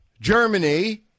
Germany